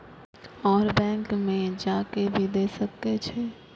और बैंक में जा के भी दे सके छी?